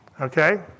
Okay